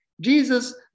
jesus